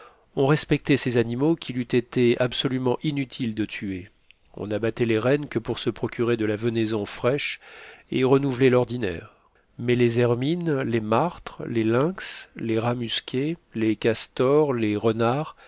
on respectait ces animaux qu'il eût été absolument inutile de tuer on n'abattait les rennes que pour se procurer de la venaison fraîche et renouveler l'ordinaire mais les hermines les martres les lynx les rats musqués les castors les renards